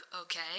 okay